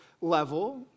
level